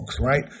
right